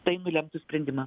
tai nulemtų sprendimą